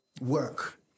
work